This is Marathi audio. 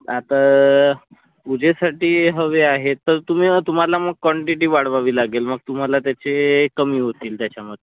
आता उद्यासाठी हवे आहेत तर तुम्ही मग तुम्हाला मग क्वांटिटी वाढवावी लागेल मग तुम्हाला त्याचे कमी होतील त्याच्यामद